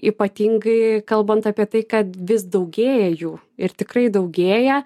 ypatingai kalbant apie tai kad vis daugėja jų ir tikrai daugėja